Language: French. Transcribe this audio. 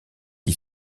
qui